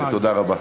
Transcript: תודה רבה.